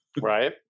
Right